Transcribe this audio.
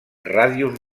ràdios